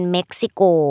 Mexico